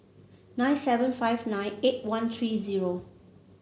nine seven five nine eight one three zero